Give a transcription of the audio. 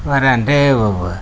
మరి అంటే